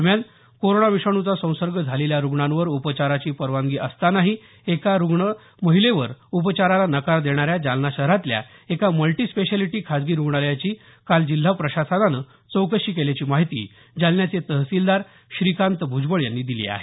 दरम्यान कोरोना विषाणूचा संसर्ग झालेल्या रुग्णांवर उपचाराची परवानगी असतानाही एका रुग्ण महिलेवर उपचाराला नकार देणाऱ्या जालना शहरातल्या एका मल्टि स्पेशॅलिटी खासगी रुग्णालयाची काल जिल्हा प्रशासनानं चौकशी केल्याची माहिती जालन्याचे तहसीलदार श्रीकांत भूजबळ यांनी दिली आहे